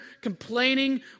complaining